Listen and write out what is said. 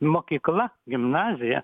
mokykla gimnazija